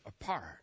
apart